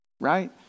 right